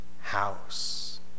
house